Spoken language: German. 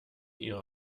ihre